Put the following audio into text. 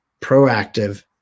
proactive